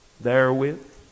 Therewith